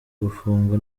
gufungwa